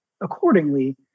accordingly